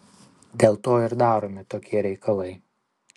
dėl to ir daromi tokie reikalai